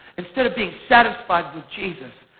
instead of being satisfied with jesus,